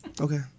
Okay